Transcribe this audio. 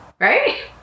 Right